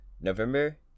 November